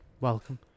Welcome